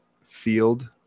field